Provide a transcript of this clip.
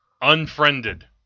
Unfriended